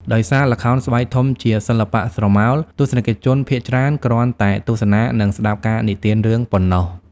ដោយសារល្ខោនស្បែកធំជាសិល្បៈស្រមោល ទស្សនិកជនភាគច្រើនគ្រាន់តែទស្សនា និងស្តាប់ការនិទានរឿងប៉ុណ្ណោះ។